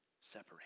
separate